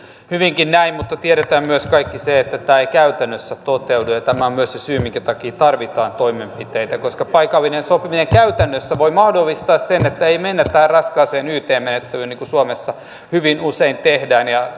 hyvinkin näin mutta tiedämme myös kaikki sen että tämä ei käytännössä toteudu tämä on myös se syy minkä takia tarvitaan toimenpiteitä koska paikallinen sopiminen käytännössä voi mahdollistaa sen että ei mennä tähän raskaaseen yt menettelyyn niin kuin suomessa hyvin usein tehdään ja